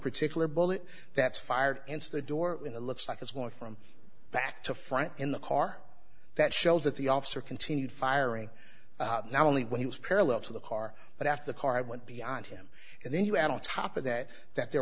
particular bullet that's fired into the door in a looks like it's going from back to front in the car that shows that the officer continued firing not only when he was parallel to the car but after the car went beyond him and then you add on top of that that there